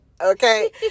okay